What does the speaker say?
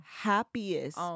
Happiest